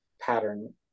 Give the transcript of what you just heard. pattern